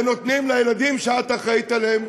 ונותנים לילדים שאת אחראית להם,